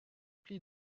plis